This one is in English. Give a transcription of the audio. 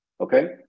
Okay